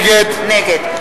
נגד